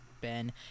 Ben